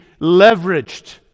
leveraged